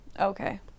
Okay